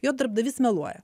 jo darbdavys meluoja